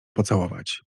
pocałować